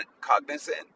cognizant